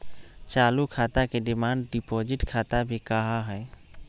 चालू खाता के डिमांड डिपाजिट खाता भी कहा हई